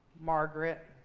margaret.